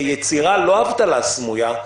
ולא אבטלה סמויה,